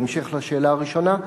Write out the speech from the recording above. בהמשך לשאלה הראשונה,